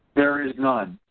there is none.